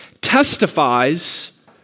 testifies